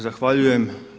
zahvaljujem.